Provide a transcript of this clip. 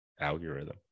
Algorithm